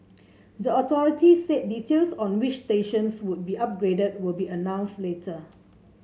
the authority said details on which stations would be upgraded will be announced later